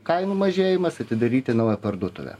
kainų mažėjimas atidaryti naują parduotuvę